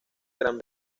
gran